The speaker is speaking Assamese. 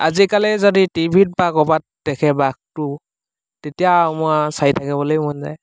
আজিকালি যদি টিভিত বা ক'ৰবাত দেখে বাঘটো তেতিয়া মই চাই থাকিবলৈ মন যায়